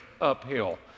uphill